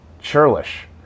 churlish